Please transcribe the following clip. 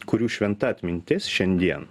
kurių šventa atmintis šiandien